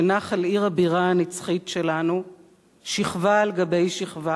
שנח על עיר הבירה הנצחית שלנו שכבה על גבי שכבה